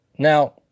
Now